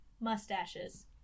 mustaches